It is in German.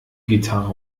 gitarre